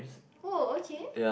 oh okay